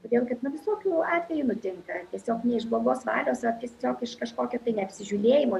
todėl kad na visokių atvejų nutinka tiesiog ne iš blogos valios o tiesiog iš kažkokio tai neapsižiūrėjimo